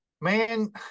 man